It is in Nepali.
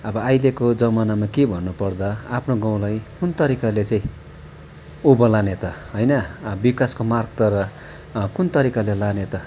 अब अहिलेको जमानामा के भन्नुपर्दा आफ्नो गाउँलाई कुन तरिकाले चाहिँ उँभो लाने त होइन विकासको मार्गतर्फ कुन तरिकाले लाने त